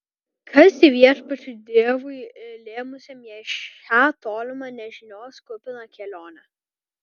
kas ji viešpačiui dievui lėmusiam jai šią tolimą nežinios kupiną kelionę